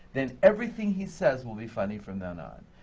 then everything he says will be funny from then on.